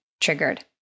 triggered